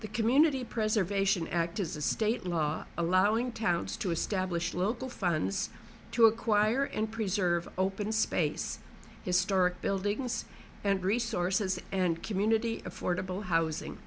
the community preservation act is a state law allowing towns to establish local funds to acquire and preserve open space historic buildings and resources and community affordable housing